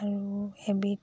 আৰু এবিধ